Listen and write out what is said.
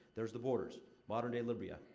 there's the borders modern day libya.